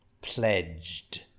Pledged